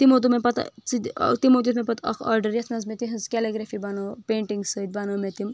تِمو دوٚپ مےٚ پتہٕ ژٕ دِ تِمو دیُت مےٚ پتہٕ اکھ آرڈر یتھ منٛز مےٚ تِہِنٛز گیلگریفی بنٲو پینٹنٛگ سۭتۍ بنٲو مےٚ تِم